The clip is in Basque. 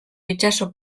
itsaso